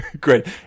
great